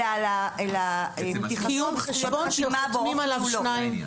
אלא על פתיחתו וחתימה באופן כולו.